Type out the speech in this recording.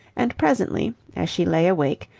and presently, as she lay awake,